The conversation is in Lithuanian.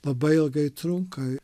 labai ilgai trunka